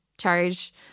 charge